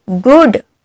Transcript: good